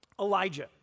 Elijah